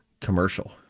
commercial